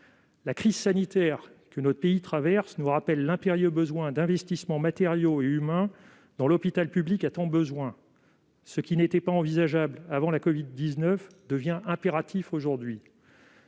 La crise sanitaire que notre pays traverse nous rappelle l'impérieux besoin d'investissements matériaux et humains dont l'hôpital public a tant besoin. Ce qui n'était pas envisageable avant la covid-19 devient impératif aujourd'hui.